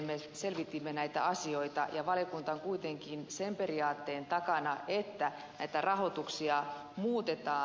me selvitimme näitä asioita ja valiokunta on kuitenkin sen periaatteen takana että näitä rahoituksia muutetaan